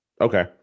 Okay